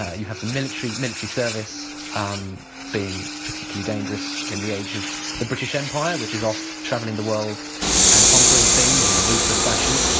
ah you have military military service um being particularly dangerous in the age of the british empire, which is off travelling the world and conquering things in a ruthless fashion.